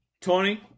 Tony